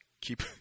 keep